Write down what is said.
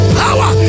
power